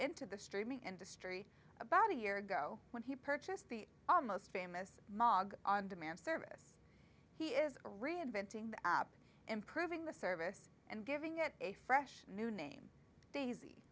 into the streaming industry about a year ago when he purchased the almost famous mog on demand service he is a reinventing the up improving the service and giving it a fresh new name daisy